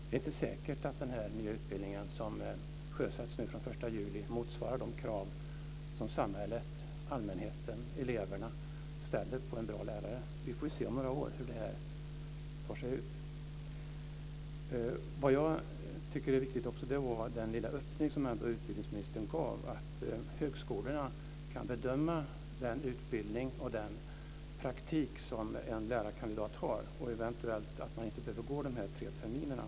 Det är inte säkert att den här nya utbildningen, som sjösätts den 1 juli, motsvarar de krav som samhället, allmänheten och eleverna ställer på en bra lärare. Vi får se om några år hur det här tar sig ut. Jag tycker också att den lilla öppning som utbildningsministern ändå gav är viktig, att högskolorna kan bedöma den utbildning och den praktik som en lärarkandidat har och att man eventuellt inte behöver gå de här tre terminerna.